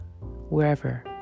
wherever